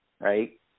right